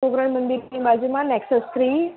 કોકરણ મંદિરની બાજુમાં Nexus three